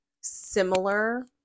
similar